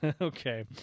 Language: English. Okay